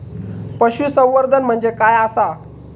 पशुसंवर्धन म्हणजे काय आसा?